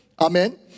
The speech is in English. Amen